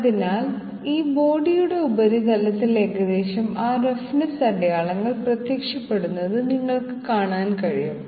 അതിനാൽ ഈ ബോഡിയുടെ ഉപരിതലത്തിൽ ഏകദേശം ആ റഫ്നെസ്സ് അടയാളങ്ങൾ പ്രത്യക്ഷപ്പെടുന്നത് നിങ്ങൾക്ക് കാണാൻ കഴിയും